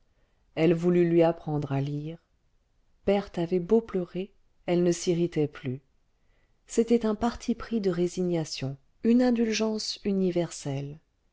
elle voulut lui apprendre à lire berthe avait beau pleurer elle ne s'irritait plus c'était un parti pris de résignation une indulgence universelle